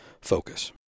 focus